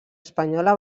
espanyola